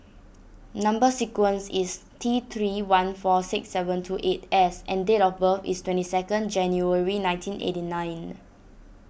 Number Sequence is T three one four six seven two eight S and date of birth is twenty second January nineteen eighty nine